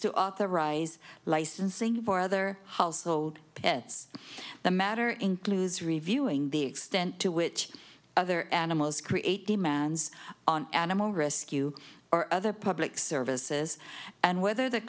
to authorize licensing for other household pets the matter includes reviewing the extent to which other animals create demands on animal rescue or other public services and whether the